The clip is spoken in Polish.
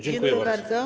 Dziękuję bardzo.